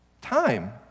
time